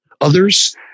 others